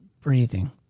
breathing